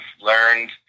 learned